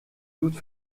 doute